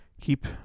keep